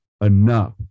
enough